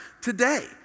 today